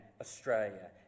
Australia